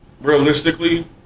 realistically